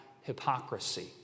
hypocrisy